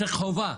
צריך חובה.